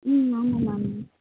ம் ஆமாம் மேம்